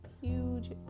huge